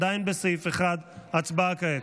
עדיין לסעיף 1. הצבעה כעת.